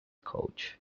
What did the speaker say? coach